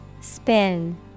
Spin